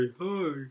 hi